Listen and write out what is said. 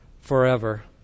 forever